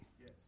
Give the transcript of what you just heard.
Yes